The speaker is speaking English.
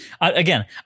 Again